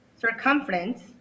circumference